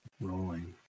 rolling